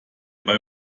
bei